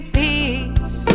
peace